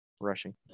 rushing